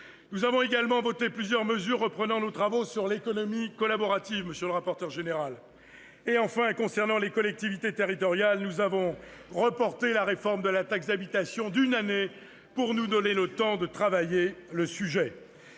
Nous avons également voté plusieurs mesures reprenant nos travaux sur l'économie collaborative. Enfin, concernant les collectivités territoriales, nous avons reporté la réforme de la taxe d'habitation d'une année, pour nous donner le temps de travailler le sujet.